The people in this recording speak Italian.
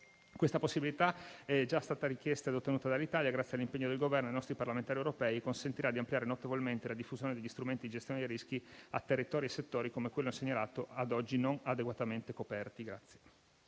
Questa possibilità, che è già stata richiesta e ottenuta dall'Italia grazie all'impegno del Governo e ai nostri parlamentari europei, consentirà di ampliare notevolmente la diffusione degli strumenti di gestione dei rischi a territori e settori come quelli segnalati ad oggi non adeguatamente coperti.